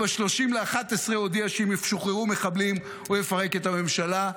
ב-30 בדצמבר הודיע שאם ישוחררו מחבלים הוא יפרק את הממשלה.